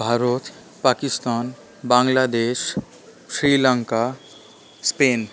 Bharat Pakistan Bangladesh Sri Lanka Spain